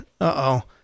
Uh-oh